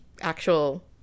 actual